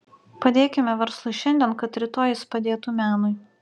padėkime verslui šiandien kad rytoj jis padėtų menui